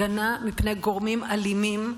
הגנה מפני גורמים אלימים,